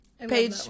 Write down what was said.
page